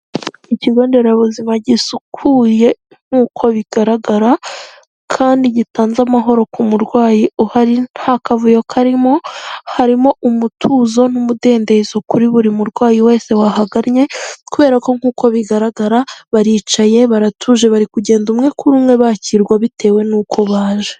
Ikigonderabuzima gisukuye nk'uko bigaragara kandi gitanze amahoro ku murwayi uhari, nta kavuyo karimo harimo umutuzo n'umudendezo kuri buri murwayi wese wahagannye kubera ko nk'uko bigaragara baricaye baratuje bari kugenda umwe kuri umwe bakirwa bitewe n'uko baje.